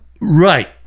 Right